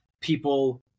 people